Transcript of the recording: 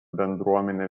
bendruomenė